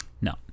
No